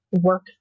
work